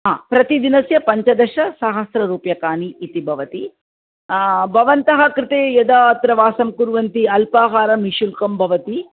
हा प्रतिदिनस्य पञ्चदशसहस्ररूप्यकाणि इति भवति भवन्तः कृते यदा अत्र वासं कुर्वन्ति अल्पाहारं निःशुल्कं भवति